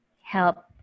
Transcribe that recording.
help